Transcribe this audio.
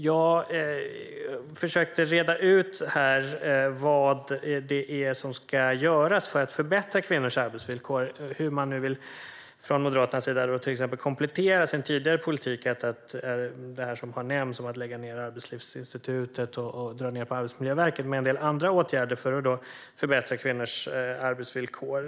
Jag försökte reda ut vad det är som ska göras för att förbättra kvinnors arbetsvillkor och hur man från Moderaternas sida nu vill till exempel komplettera sin tidigare politik - det som har nämnts om att lägga ned Arbetslivsinstitutet och dra ned på Arbetsmiljöverket - med en del andra åtgärder för att förbättra kvinnors arbetsvillkor.